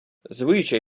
звичай